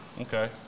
Okay